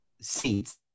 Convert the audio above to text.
seats